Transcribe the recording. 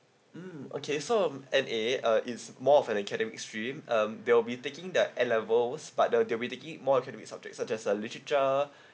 mm okay so um N_A uh it's more of an academic stream um they will be taking that A levels but the they will taking more academic subject such as uh literature